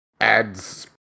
adds